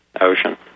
Ocean